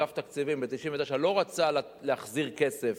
אגף תקציבים ב-1999 לא רצה להחזיר כסף,